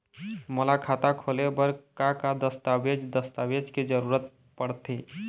मोला खाता खोले बर का का दस्तावेज दस्तावेज के जरूरत पढ़ते?